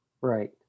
Right